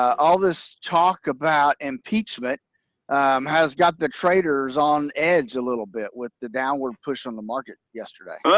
all this talk about impeachment has got the traders on edge a little bit, with the downward push on the market yesterday.